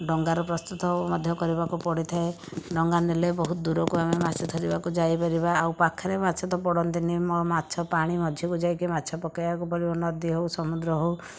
ଡଙ୍ଗା ର ପ୍ରସ୍ତୁତ ମଧ୍ୟ କରିବାକୁ ପଡ଼ିଥାଏ ଡଙ୍ଗା ନେଲେ ବହୁତ ଦୂରକୁ ଆମେ ମାଛ ଧରିବାକୁ ଯାଇପାରିବା ଆଉ ପାଖରେ ମାଛ ତ ପଡ଼ନ୍ତିନି ମାଛ ପାଣି ମଝିକୁ ଯାଇକି ମାଛ ପକେଇବାକୁ ପଡ଼ିବ ନଦୀ ହଉ ସମୁଦ୍ର ହେଉ